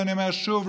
ואני אומר שוב,